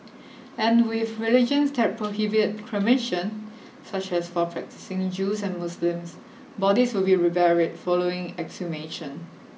and with religions that prohibit cremation such as for practising Jews and Muslims bodies will be reburied following exhumation